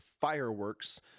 fireworks